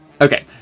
Okay